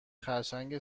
خرچنگ